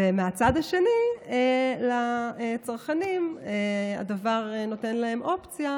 ומהצד השני לצרכנים הדבר נותן אופציה